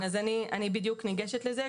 אני בדיוק מגיעה לזה.